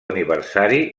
aniversari